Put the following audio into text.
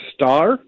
star